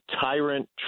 Tyrant